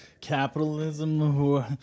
capitalism